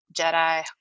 Jedi